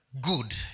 good